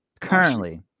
Currently